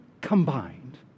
combined